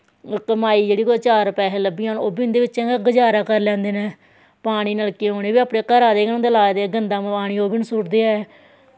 कमाई जेह्ड़ी कुतै चार पैसे कुतै लब्भी जान ओह् बी उं'दे बिच्च गै गजारा करी लैंदे न पानी नलके उ'नें बी अपने घरा दे गै होंदे लाए दे गंदा पानी ओह् बी नेईं सुटदे ऐ